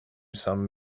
sum